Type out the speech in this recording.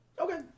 Okay